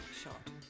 shot